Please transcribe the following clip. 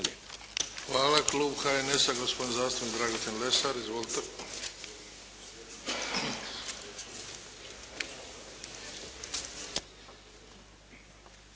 Hvala. Klub HNS-a gospodin zastupnik Dragutin Lesar. Izvolite.